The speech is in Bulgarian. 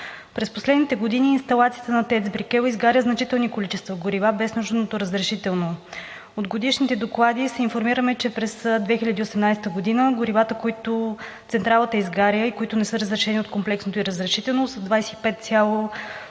През последните години инсталацията на ТЕЦ „Брикел“ изгаря значителни количества горива без нужното разрешително. От годишните доклади се информираме, че през 2018 г. горивата, които централата изгаря и които не са разрешени от комплексното ѝ разрешително, са 25,07%,